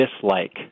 dislike